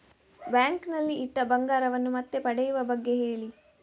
bank ನಲ್ಲಿ ಇಟ್ಟ ಬಂಗಾರವನ್ನು ಮತ್ತೆ ಪಡೆಯುವ ಬಗ್ಗೆ ಹೇಳಿ